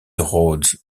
rhodes